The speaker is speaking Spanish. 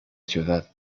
ciudad